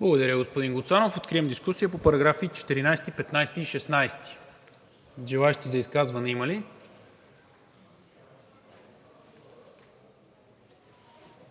Благодаря, господин Гуцанов. Откривам дискусия по параграфи 14, 15 и 16. Желаещи за изказване има ли?